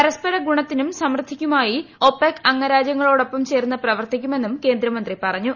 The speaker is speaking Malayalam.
പരസ്പര ഗൂണത്തിനും സമൃദ്ധിക്കുമായി ഒപെക് അംഗരാജ്യങ്ങളോടൊപ്പം ചേർന്ന് പ്രവർത്തിക്കുമെന്നും കേന്ദ്രമന്ത്രി പറഞ്ഞു